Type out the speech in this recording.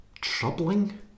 troubling